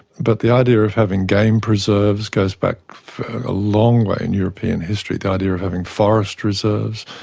but the idea of having game preserves goes back a long way in european history, the idea of having forest reserves,